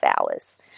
hours